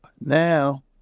now